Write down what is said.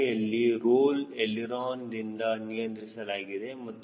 ರೆಕ್ಕೆಯಲ್ಲಿ roll ಎಳಿರೋನದಿಂದ ನಿಯಂತ್ರಿಸಲಾಗುತ್ತದೆ